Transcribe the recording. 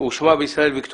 ושמה בישראל, ויקטוריה.